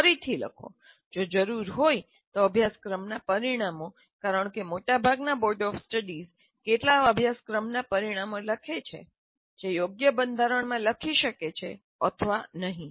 ફરીથી લખો જો જરૂરી હોય તો અભ્યાસક્રમના પરિણામો કારણકે મોટાભાગના બોર્ડ્સ ઓફ સ્ટડીઝ કેટલાક અભ્યાસક્રમના પરિણામો લખે છે જે યોગ્ય બંધારણમાં લખી શકે છે અથવા નહીં